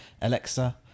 Alexa